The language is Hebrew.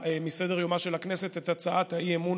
מסדר-יומה של הכנסת את הצעת האי-אמון